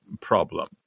problem